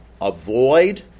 Avoid